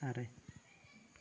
ᱟᱨᱮ